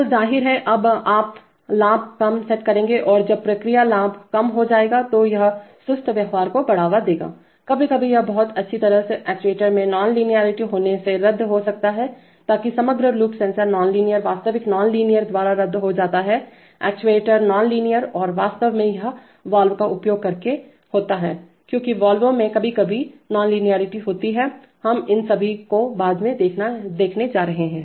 तो जाहिर है अब अब आप लाभ कम सेट करेंगे और जब प्रक्रिया लाभप्रोसेस गेनकम हो जाएगा तो यह सुस्त व्यवहार को बढ़ावा देगा कभी कभी यह बहुत अच्छी तरह से एक्ट्यूएटर में एक नॉन लिनारिटी होने से रद्द हो सकता हैताकिसमग्र लूप सेंसर नॉन लीनियर वास्तविक नॉन लीनियर द्वारा रद्द हो जाता है एक्ट्यूएटर नॉन लीनियर और वास्तव में यह वाल्व का उपयोग करके होता है क्योंकि वाल्वों में कभी कभी नॉन लिनारिटी होती है हम इन सभी को बाद में देखने जा रहे हैं